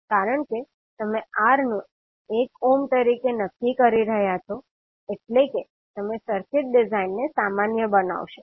કારણ કે તમે R ને 1 ઓહ્મ તરીકે નક્કી કરી રહ્યાં છો એટલે કે તમે સર્કિટ ડિઝાઇન ને સામાન્ય બનાવશો